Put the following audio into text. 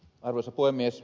arvoisa puhemies